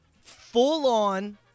Full-on